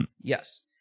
Yes